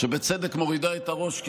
שבצדק מורידה את הראש,